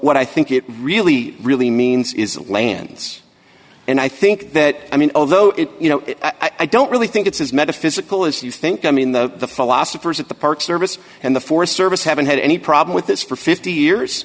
what i think it really really means is that lands and i think that i mean although it you know i don't really think it's as metaphysical as you think i mean the philosophers at the park service and the forest service haven't had any problem with this for fifty years